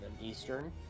Eastern